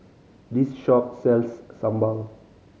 this shop sells sambal